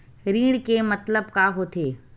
ऋण के मतलब का होथे?